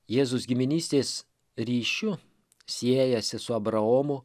jėzus giminystės ryšiu siejasi su abraomu